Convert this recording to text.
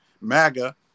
MAGA